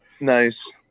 nice